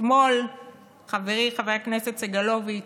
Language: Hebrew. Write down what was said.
אתמול חברי חבר הכנסת סגלוביץ'